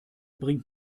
bringt